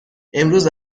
امروز